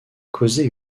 causé